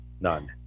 none